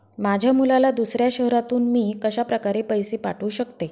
माझ्या मुलाला दुसऱ्या शहरातून मी कशाप्रकारे पैसे पाठवू शकते?